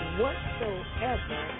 whatsoever